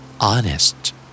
Honest